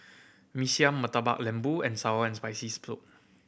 Mee Siam Murtabak Lembu and sour and Spicy Soup